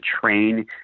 train